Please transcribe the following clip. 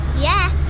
Yes